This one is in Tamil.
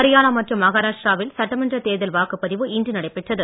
ஹரியானா மற்றும் மஹாராஷ்டிரா வில் சட்டமன்ற தேர்தல் வாக்குப் பதிவு இன்று நடைபெற்றது